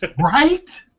Right